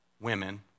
women